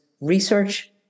research